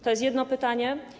To jest jedno pytanie.